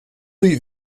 rue